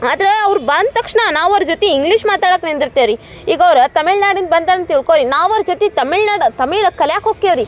ಆದರೆ ಅವ್ರು ಬಂದ ತಕ್ಷಣ ನಾವೂ ಅವ್ರ ಜೊತೆ ಇಂಗ್ಲೀಷ್ ಮಾತಾಡಕ್ಕೆ ನಿಂದಿರ್ತೇವೆ ರೀ ಈಗ ಅವ್ರು ತಮಿಳ್ ನಾಡಿಂದ ಬಂದರು ಅಂತ ತಿಳ್ಕೊಳ್ಳಿ ನಾವೂ ಅವ್ರ ಜೊತೆ ತಮಿಳ್ ನಾಡು ತಮಿಳು ಕಲ್ಯಕ್ಕೆ ಹೋಕ್ತೇವ್ ರೀ